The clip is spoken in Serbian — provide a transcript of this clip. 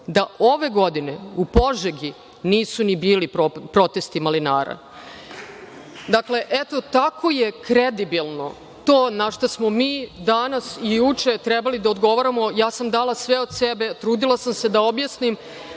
da ove godine u Požegi nisu ni bili protesti malinara. Dakle, eto tako je kredibilno to na šta smo mi danas i juče trebali da odgovaramo. Ja sam dala sve od sebe, trudila sam se da objasnim